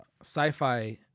sci-fi